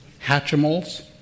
Hatchimals